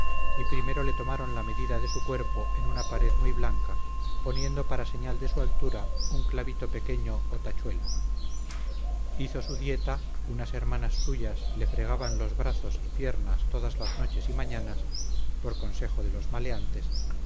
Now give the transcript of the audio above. y primero le tomaron la medida de su cuerpo en una pared muy blanca poniendo para señal de su altura un clavito pequeño o tachuela hizo su dicta unas hermanas suyas le fregaban los brazos y piernas todas las noches y mañanas por consejo de los maleantes